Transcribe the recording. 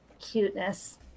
cuteness